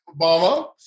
Obama